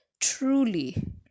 truly